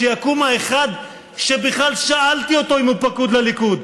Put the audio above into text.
שיקום האחד שבכלל שאלתי אותו אם הוא פקוד לליכוד.